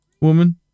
woman